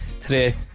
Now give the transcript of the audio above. today